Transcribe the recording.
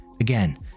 Again